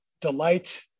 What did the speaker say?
delight